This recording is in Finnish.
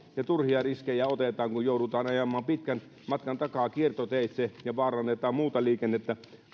ja turhia riskejä otetaan kun kun joudutaan ajamaan pitkän matkan takaa kiertoteitse ja vaarannetaan muuta liikennettä